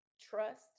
trust